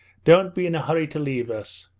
don't be in a hurry to leave us.